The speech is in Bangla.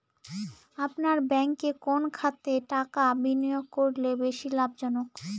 আপনার ব্যাংকে কোন খাতে টাকা বিনিয়োগ করলে বেশি লাভজনক?